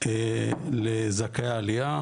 לזכאי העלייה,